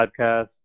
podcast